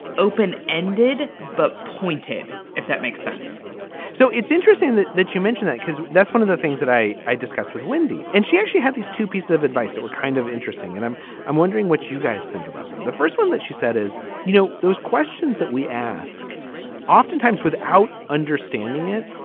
open ended but pointed. if that makes sense so it's interesting that that you mention that because that's one of the things that i i discussed with wendy. and she actually had these two pieces of advice that were kind of interesting and i'm i'm wondering what you guys think about them. the first one that she said is you know those questions that we ask oftentimes without understanding it.